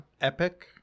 epic